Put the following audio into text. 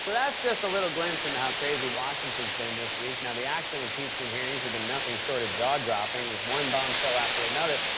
that's just a little glimpse in how crazy washington's been this week. now, the actual impeachment hearings have been nothing short of jaw-dropping, with one bombshell after another.